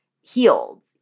healed